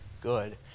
good